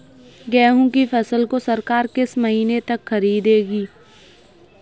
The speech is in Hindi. गेहूँ की फसल को सरकार किस महीने तक खरीदेगी?